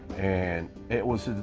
and it was,